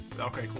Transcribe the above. Okay